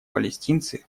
палестинцы